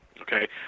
Okay